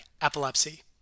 epilepsy